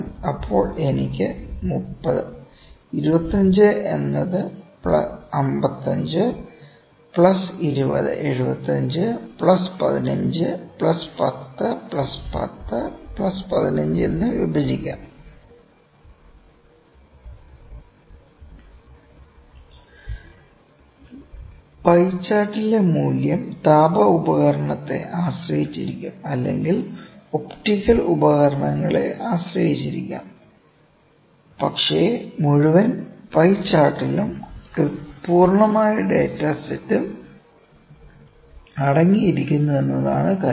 അപ്പോൾ എനിക്ക് 30 25 എന്നത് 55 plus 20 75 plus 15 plus 10 plus 10 plus 15 എന്ന് വിഭജിക്കാം പൈ ചാർട്ടിലെ മൂല്യം താപ ഉപകരണത്തെ ആശ്രയിച്ചിരിക്കും അല്ലെങ്കിൽ ഒപ്റ്റിക്കൽ ഉപകരണങ്ങളെ ആശ്രയിച്ചിരിക്കാം പക്ഷേ മുഴുവൻ പൈ ചാർട്ടിലും പൂർണ്ണമായ ഡാറ്റ സെറ്റ് അടങ്ങിയിരിക്കുന്നു എന്നതാണ് കാര്യം